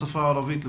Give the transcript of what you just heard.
בשפה הערבית לפחות.